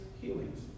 healings